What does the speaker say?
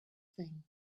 thing